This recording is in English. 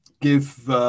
give